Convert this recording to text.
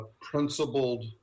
principled